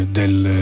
del